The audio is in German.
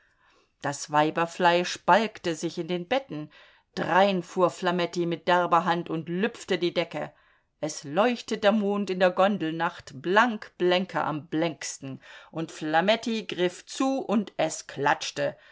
das weiberfleisch balgte sich in den betten drein fuhr flametti mit derber hand und lüpfte die decke es leuchtet der mond in der gondelnacht blank blänker am blänksten und flametti griff zu und es klatschte